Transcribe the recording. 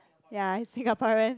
ya Singaporean